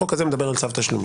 החוק הזה מדבר על צו תשלומים.